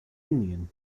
union